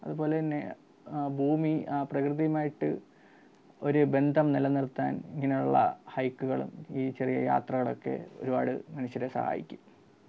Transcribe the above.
അതുപോലെ തന്നെ ഭൂമി അ പ്രകൃതിയുമായിട്ട് ഒരു ബന്ധം നില നിർത്താൻ ഇങ്ങനെയുള്ള ഹൈക്കുകളും ഈ ചെറിയ യാത്രകളൊക്കെ ഒരുപാട് മനുഷ്യരെ സഹായിക്കും